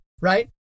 right